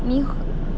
你 hu~